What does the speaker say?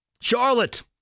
Charlotte